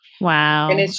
Wow